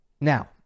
Now